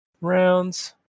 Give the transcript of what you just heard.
rounds